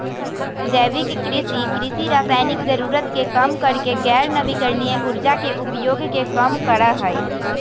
जैविक कृषि, कृषि रासायनिक जरूरत के कम करके गैर नवीकरणीय ऊर्जा के उपयोग के कम करा हई